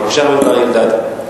בבקשה, חבר הכנסת אלדד.